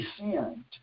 descend